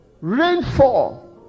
Rainfall